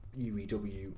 UEW